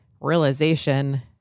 realization